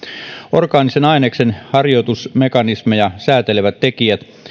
orgaanisen aineksen hajotusmekanismeja säätelevät tekijät